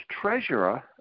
treasurer